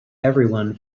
everyone